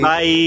Bye